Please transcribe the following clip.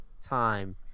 time